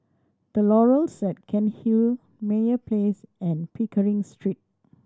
The Laurels at Cairnhill Meyer Place and Pickering Street